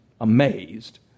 amazed